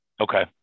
Okay